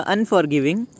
Unforgiving